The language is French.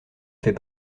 fait